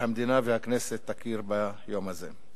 שהמדינה והכנסת יכירו ביום הזה.